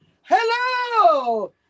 Hello